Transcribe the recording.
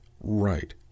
Right